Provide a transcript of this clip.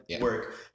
work